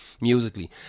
musically